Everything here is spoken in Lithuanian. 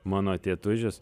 mano tėtužis